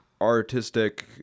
artistic